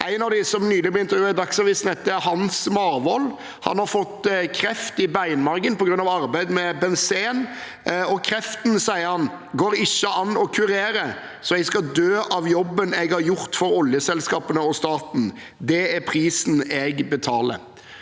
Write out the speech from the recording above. En av dem som nylig ble intervjuet i Dagsavisen, heter Hans Marwoll. Han har fått kreft i beinmargen på grunn av arbeid med benzen. Han sier: «Kreften går ikke an å kurere, så jeg skal dø av jobben jeg har gjort for oljeselskapene og staten. Det er prisen jeg betaler.»